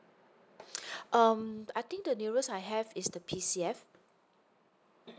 um I think the nearest I have is the PCF